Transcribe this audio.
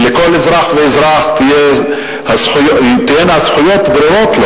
שלכל אזרח ואזרח תהיינה הזכויות ברורות,